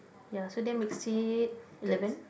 ya so that makes it eleven